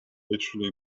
literally